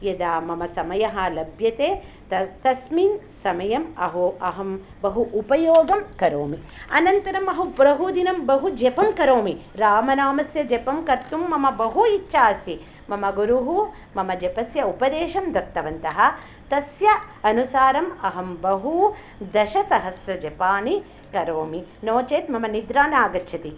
यदा मम समयः लभ्यते तस्मिन् समयं अहं बहु उपयोगं करोमि अनन्तरं अहं बहुदिनं बहुजपं करोमि रामनामस्य जपं कर्तुं मम बहु इच्छा अस्ति मम गुरुः मम जपस्य उपदेशं दत्तवन्तः तस्य अनुसारं अहं बहु दशसहस्रजपानि करोमि नो चेत् मम निद्रा नागच्छति